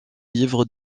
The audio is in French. livres